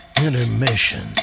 intermission